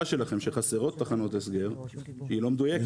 שלכם שחסרות תחנות הסגר היא לא מדויקת,